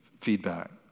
feedback